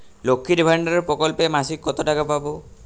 লক্ষ্মীর ভান্ডার প্রকল্পে মাসিক কত টাকা পাব?